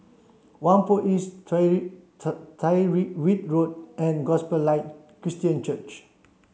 Whampoa East Tyrwhitt Road and Gospel Light Christian Church